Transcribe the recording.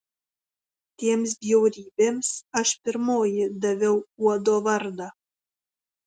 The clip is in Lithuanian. tiems bjaurybėms aš pirmoji daviau uodo vardą